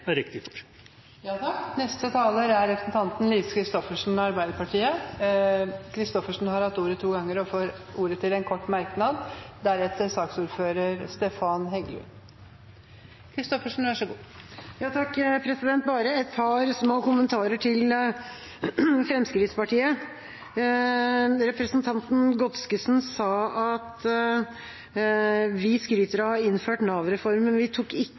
Representanten Lise Christoffersen har hatt ordet to ganger tidligere og får ordet til en kort merknad, begrenset til 1 minutt. Bare et par små kommentarer til Fremskrittspartiet. Representanten Godskesen sa at vi skryter av å ha innført Nav-reformen, men vi tok ikke